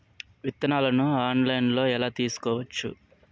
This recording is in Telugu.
విత్తనాలను ఆన్లైన్లో ఎలా తీసుకోవచ్చు